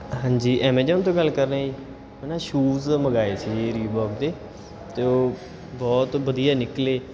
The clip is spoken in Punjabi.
ਹਾਂਜੀ ਐਮਾਜ਼ੋਨ ਤੋਂ ਗੱਲ ਕਰ ਰਹੇ ਜੀ ਹੈ ਨਾ ਸ਼ੂਜ ਮੰਗਵਾਏ ਸੀ ਜੀ ਰੀਬੋਕ ਦੇ ਅਤੇ ਉਹ ਬਹੁਤ ਵਧੀਆ ਨਿਕਲੇ